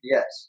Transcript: Yes